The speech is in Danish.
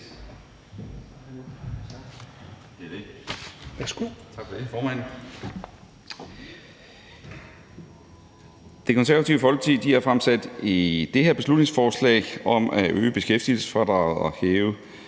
Det Konservative Folkeparti har fremsat det her beslutningsforslag om at øge beskæftigelsesfradraget og hæve